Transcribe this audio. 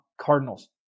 Cardinals